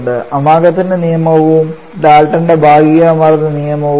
അമാഗത്തിന്റെ നിയമവും Amagat's law ഡാൽട്ടന്റെ ഭാഗിക മർദ്ദ നിയമവും Daltons law of partial pressure